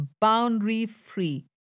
boundary-free